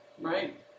right